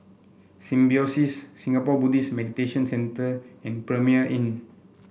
Symbiosis Singapore Buddhist Meditation Centre and Premier Inn